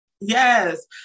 Yes